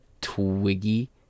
Twiggy